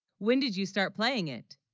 when did you start playing it